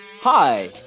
Hi